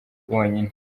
bonyine